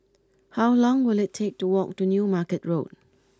How long will it take to walk to New Market Road